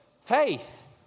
faith